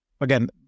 again